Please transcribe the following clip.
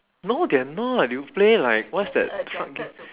no they're not you play like what's that fuck ga~